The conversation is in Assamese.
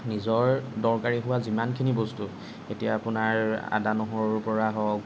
নিজৰ দৰকাৰী হোৱা যিমানখিনি বস্তু এতিয়া আপোনাৰ আদা নহৰুৰ পৰা হওক